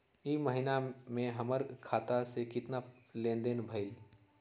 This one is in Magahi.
ई महीना में हमर खाता से केतना लेनदेन भेलइ?